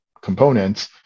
components